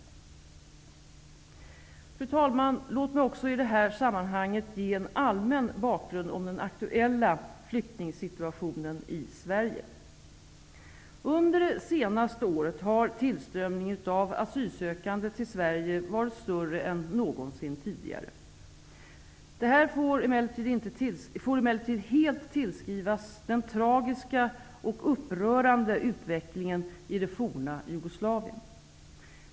Fru talman! Låt mig också i detta sammanhang ge en allmän bakgrund till den aktuella flyktingsituationen i Sverige. Under det senaste året har tillströmningen av asylsökande till Sverige varit större än någonsin tidigare. Detta får emellertid helt tillskrivas den tragiska och upprörande utvecklingen i det forna Jugoslavien.